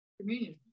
communion